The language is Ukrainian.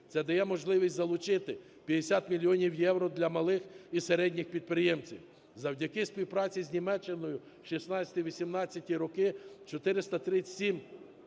Це дає можливість залучити 50 мільйонів євро для малих і середніх підприємців. Завдяки співпраці з Німеччиною (16-18-ті роки) 437